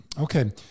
Okay